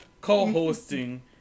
co-hosting